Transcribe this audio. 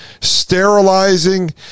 sterilizing